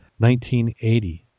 1980